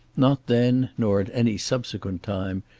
not then, nor at any subsequent time,